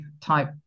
type